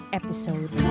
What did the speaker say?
episode